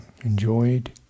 enjoyed